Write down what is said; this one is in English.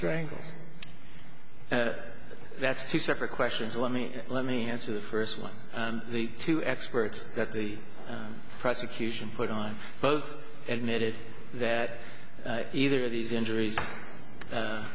strangled that's two separate questions let me let me answer the first one and the two experts that the prosecution put i both admitted that either of these injuries